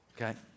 Okay